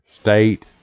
state